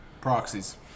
Proxies